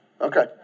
Okay